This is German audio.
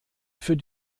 für